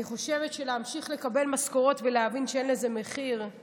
אני חושבת שלקבל משכורות ולהבין שאין לזה מחיר הוא